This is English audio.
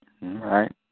Right